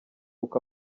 uko